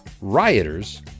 rioters